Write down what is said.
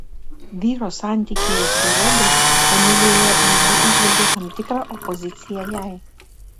vyro santykyje su robiu emilija netgi įžvelgė tam tikrą opoziciją jai